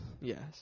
Yes